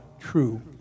true